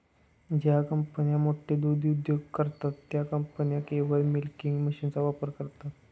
ज्या कंपन्या मोठे दूध उद्योग करतात, त्या कंपन्या केवळ मिल्किंग मशीनचा वापर करतात